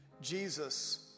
Jesus